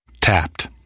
Tapped